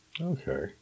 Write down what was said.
Okay